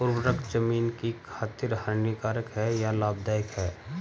उर्वरक ज़मीन की खातिर हानिकारक है या लाभदायक है?